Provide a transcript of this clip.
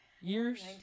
years